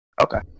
Okay